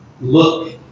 look